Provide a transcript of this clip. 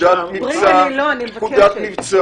לא, אני מבקשת.